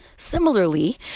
Similarly